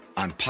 on